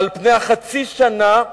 על פני החצי שנה,